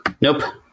Nope